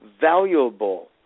valuable